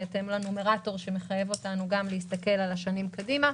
בהתאם לנומרטור שמחייב אותנו גם להסתכל על השנים קדימה,